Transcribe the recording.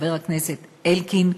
חבר הכנסת אלקין,